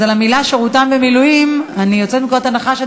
אז על המילים "שירותם במילואים" אני יוצאת מנקודת הנחה שאת